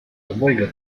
dwojga